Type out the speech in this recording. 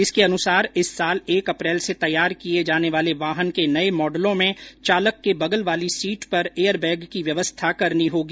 इसके अनुसार इस साल एक अप्रैल से तैयार किए जाने वाले वाहन के नए मॉडलों में चालक के बगल वाली सीट पर एयर बैग की व्यवस्था करनी होगी